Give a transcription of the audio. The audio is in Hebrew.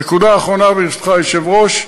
נקודה אחרונה, ברשותך, היושב-ראש,